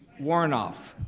warnoff.